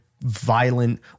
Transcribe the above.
violent